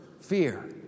fear